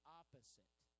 opposite